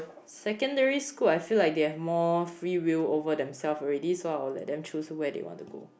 secondary school I feel like they've more free will over themselves already so I will let them choose where they want to go